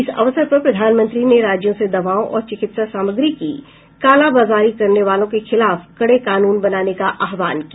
इस अवसर पर प्रधानमंत्री ने राज्यों से दवाओं और चिकित्सा सामग्री की कालाबाजारी करने वालों के खिलाफ कड़े कानून बनाने का आह्वान किया